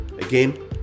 Again